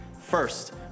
First